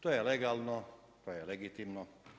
To je legalno, to je legitimno.